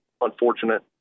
unfortunate